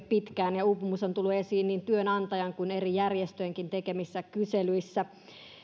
pitkään ja uupumus on tullut esiin niin työnantajan kuin eri järjestöjenkin tekemissä kyselyissä